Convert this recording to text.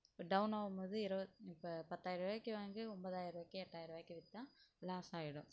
இப்போ டௌன் ஆகுமோது இருவ இப்போ பத்தாயிர்ருவாயிக்கி வாங்கி ஒன்போதாயர்ருவாயிக்கி எட்டாயிர்ருவாயிக்கு விற்றா லாஸ் ஆகிடும்